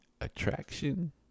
attraction